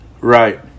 Right